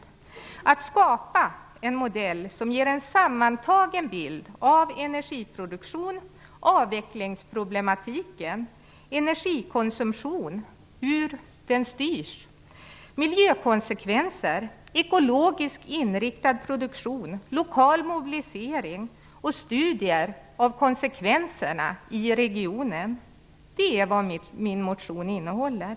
VI skall skapa en modell som ger en sammantagen bild av energiproduktion, avvecklingsproblematiken, energikonsumtion och hur den styrs, miljökonsekvenser, ekologisk inriktad produktion, lokal mobilisering och studier av konsekvenserna i regionen. Detta är vad min motion innehåller.